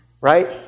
Right